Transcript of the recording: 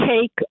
take